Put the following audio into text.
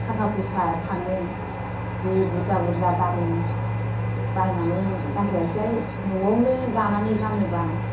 थाखा फैसा थाङो जि बुरजा बुरजा दामनि बायनानै गनस्लायस्लाय नवावनो दानानै गानोबा